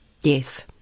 Yes